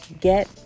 get